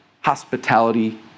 hospitality